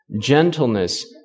gentleness